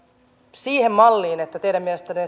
siihen malliin että teidän mielestänne